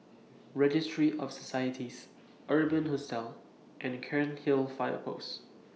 Registry of Societies Urban Hostel and Cairnhill Fire Post